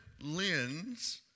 lens